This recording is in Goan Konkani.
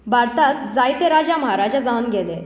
भारतांत जायते राजा म्हाराजा जावन गेले